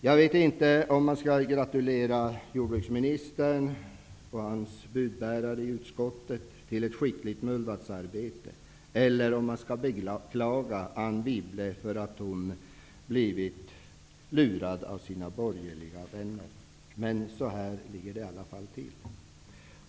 Jag vet inte om man skall gratulera jordbruksministern och hans budbärare i utskottet till ett skickligt mullvadsarbete eller om man skall beklaga Anne Wibble för att hon blivit lurad av sina borgerliga vänner. Men på det här viset ligger det i alla fall till.